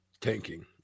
tanking